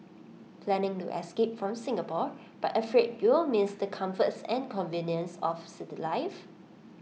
planning to escape from Singapore but afraid you'll miss the comforts and conveniences of city life